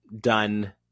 done